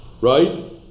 Right